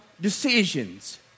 decisions